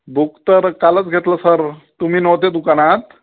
book तर कालच घेतलं सर तुम्ही नव्हते दुकानात